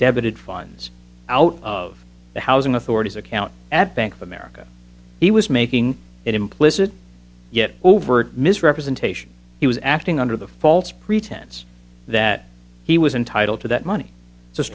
debited fines out of the housing authorities account at bank of america he was making an implicit yet overt misrepresentation he was acting under the false pretense that he was entitled to that money